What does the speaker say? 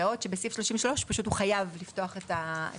בעוד שבסעיף 33 הוא פשוט חייב לפתוח את החשבון.